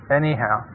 anyhow